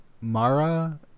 Mara